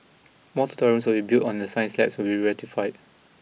more tutorial rooms will be built on the science labs will be retrofitted